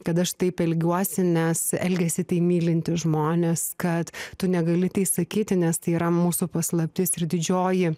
kad aš taip elgiuosi nes elgiasi tai mylintys žmonės kad tu negali tai sakyti nes tai yra mūsų paslaptis ir didžioji